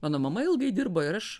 mano mama ilgai dirbo ir aš